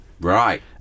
Right